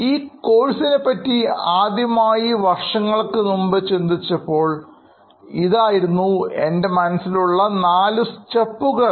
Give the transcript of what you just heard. ഈ കോഴ്സിനെപറ്റി ആദ്യമായി വർഷങ്ങൾക്കു മുൻപ് ചിന്തിച്ചപ്പോൾഇതായിരുന്നു എൻറെ മനസ്സിലുള്ള നാല് സ്റ്റെപ്പുകൾ